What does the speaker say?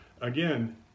again